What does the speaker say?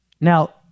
Now